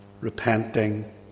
repenting